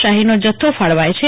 શાહીનો જથ્થો ફળવાય છે